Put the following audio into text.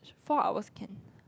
four hours can